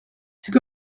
c’est